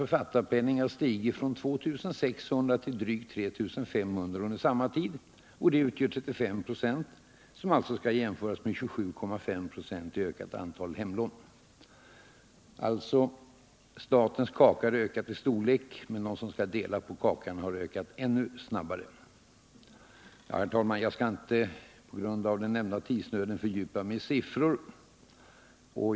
författarpenning har stigit från 2 600 till drygt 3 500 under samma tid — och det utgör 35 96, som alltså skall jämföras med 27,5 96 i ökat antal hemlån. Alltså: Statens kaka har ökat i storlek — men de som skall dela på kakan har ökat i antal ännu snabbare. Herr talman! Jag skall på grund av den nämnda tidsnöden inte fördjupa mig i siffror.